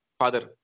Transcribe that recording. father